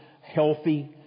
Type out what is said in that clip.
healthy